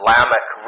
Lamech